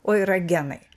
o yra genai